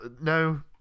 No